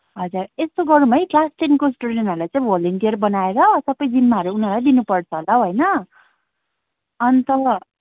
हजुर यस्तो गरौँ है क्लास टेनको स्टुडेन्टहरूलाई चाहिँ भोलिन्टियर बनाएर सबै जिम्माहरू उनीहरूलाई दिनपर्छ होला हो होइन अन्त